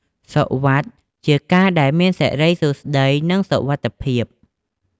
សុវត្តិ ជាការដែលមានសិរីសួស្តី និងសុវត្ថិភាព។